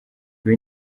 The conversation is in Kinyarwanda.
ibi